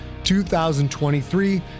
2023